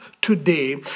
today